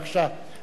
בבקשה,